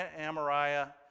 Amariah